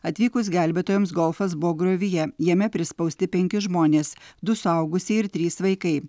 atvykus gelbėtojams golfas buvo griovyje jame prispausti penki žmonės du suaugusieji ir trys vaikai